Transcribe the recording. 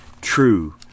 true